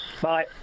bye